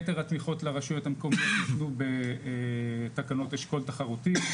יתר התמיכות לרשויות המקומיות ניתנו בתקנות "אשכול תחרותי",